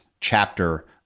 chapter